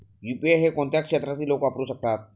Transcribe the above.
UPI हे कोणत्या क्षेत्रातील लोक वापरू शकतात?